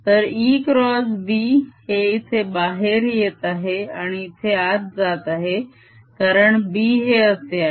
तर ExB हे इथे बाहेर येत आहे आणि इथे आत जात आहे कारण B हे असे आहे